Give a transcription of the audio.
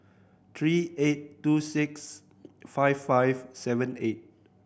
three eight two six five five seven eight